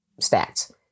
stats